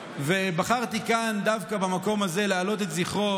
ובחרתי כאן דווקא במקום הזה להעלות את זכרו,